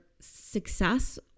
success